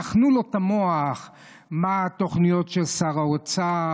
טחנו לו את המוח מה התוכניות של שר האוצר,